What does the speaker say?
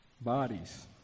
bodies